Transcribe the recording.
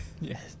Yes